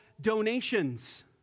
donations